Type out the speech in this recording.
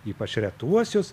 ypač retuosius